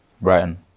Brighton